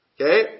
Okay